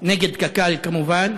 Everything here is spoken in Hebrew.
של הרשימה המשותפת, נגד קק"ל, כמובן.